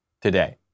today